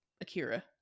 Akira